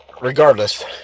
regardless